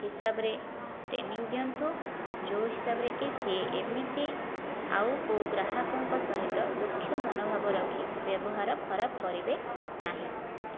ହିସାବରେ ଟ୍ରେନିଂ ଦିଅନ୍ତୁ ଯେଉଁ ହିସାବରେ କି ସେ ଏମିତି ଆଉ କେଉଁ ଗ୍ରାହକଙ୍କ ସହିତ ରୁକ୍ଷ ମନୋଭାବ ରଖି ବ୍ୟବହାର ଖରାପ କରିବେ ନାହିଁ